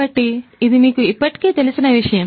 కాబట్టి ఇది మీకు ఇప్పటికే తెలిసిన విషయం